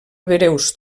breus